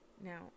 Now